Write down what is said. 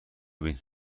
ببین